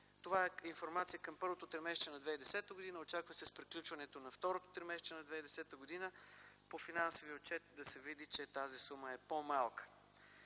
Това е информация към първото тримесечие на 2010 г. Очаква се след приключване на второто тримесечие на 2010 г. по финансовия отчет да се види, че тази сума е по-малка.